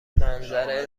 منظره